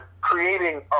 creating